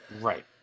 Right